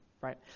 right